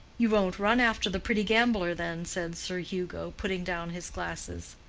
you won't run after the pretty gambler, then? said sir hugo, putting down his glasses.